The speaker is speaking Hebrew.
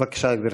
בבקשה, גברתי.